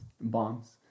Bombs